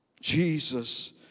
Jesus